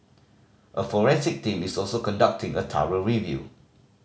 a forensic team is also conducting a thorough review